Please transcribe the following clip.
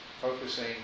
focusing